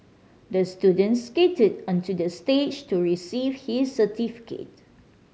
the student skated onto the stage to receive his certificate